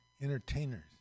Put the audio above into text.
entertainers